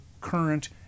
current